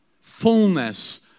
Fullness